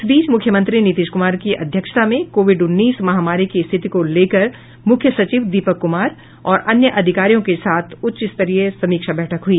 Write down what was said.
इस बीच मुख्यमंत्री नीतीश कुमार की अध्यक्षता में कोविड उन्नीस महामारी की स्थिति को लेकर मुख्य सचिव दीपक कुमार और अन्य अधिकारियों के साथ उच्चस्तरीय समीक्षा बैठक हई